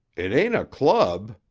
it ain't a club,